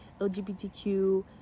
lgbtq